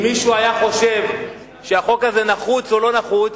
אם מישהו חושב אם החוק הזה נחוץ או לא נחוץ,